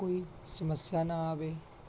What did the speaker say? ਕੋਈ ਸਮੱਸਿਆ ਨਾ ਆਵੇ